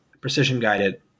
precision-guided